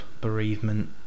bereavement